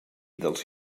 dels